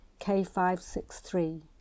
K563